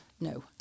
No